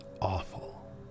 awful